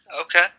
Okay